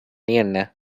என்ன